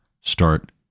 start